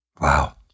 Wow